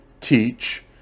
teach